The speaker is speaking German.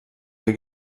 der